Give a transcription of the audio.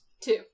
Two